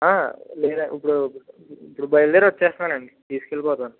లేద ఇప్పుడు ఇప్పుడు బయలుదేరి వచ్చేస్తున్నారు అండి తీసుకెళ్ళిపోతారు